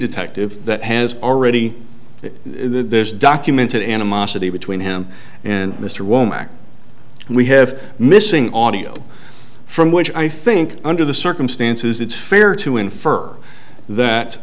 detective that has already there's documented animosity between him and mr womack we have missing audio from which i think under the circumstances it's fair to infer that